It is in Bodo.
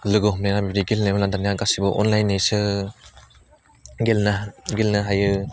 लोगो हमलायना बिबायदि दानिया गासिबो अनलाननिसो गेलनो गेलनो हायो